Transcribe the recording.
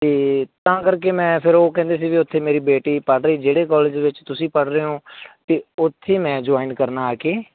ਅਤੇ ਤਾਂ ਕਰਕੇ ਮੈਂ ਫਿਰ ਉਹ ਕਹਿੰਦੇ ਸੀ ਵੀ ਉੱਥੇ ਮੇਰੀ ਬੇਟੀ ਪੜ੍ਹ ਰਹੀ ਜਿਹੜੇ ਕਾਲਜ ਵਿੱਚ ਤੁਸੀਂ ਪੜ੍ਹ ਰਹੇ ਹੋ ਅਤੇ ਉੱਥੇ ਮੈਂ ਜੁਆਇਨ ਕਰਨਾ ਆ ਕੇ